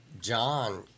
John